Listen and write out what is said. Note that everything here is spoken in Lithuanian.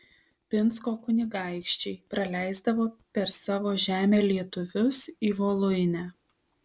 pinsko kunigaikščiai praleisdavo per savo žemę lietuvius į voluinę